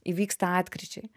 įvyksta atkryčiai